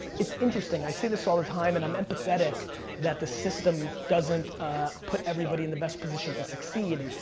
it's interesting, i see this all the time and i'm empathetic that the system doesn't put everybody in the best position to succeed,